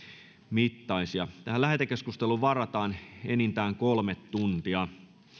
mittaisia lähetekeskusteluun varataan enintään kolme tuntia